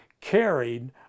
carried